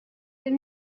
deux